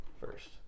first